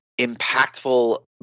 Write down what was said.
impactful